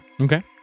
Okay